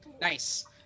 Nice